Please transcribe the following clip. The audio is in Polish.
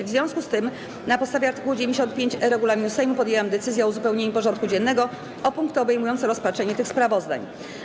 W związku z tym, na podstawie art. 95e regulaminu Sejmu, podjęłam decyzję o uzupełnieniu porządku dziennego o punkty obejmujące rozpatrzenie tych sprawozdań.